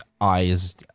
eyes